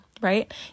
right